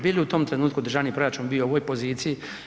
Bi li u tom trenutku državni proračun bio u ovoj poziciji?